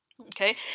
Okay